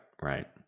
right